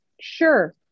sure